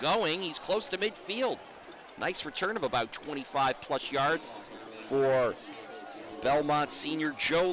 going he's close to midfield nice return of about twenty five plus yards for belmont senior joe